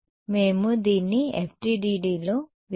కాబట్టి మేము దీన్ని FDTD లో విధించాలని అనుకుంటున్నాము